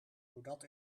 doordat